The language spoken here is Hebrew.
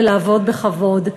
ולעבוד בכבוד.